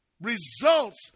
results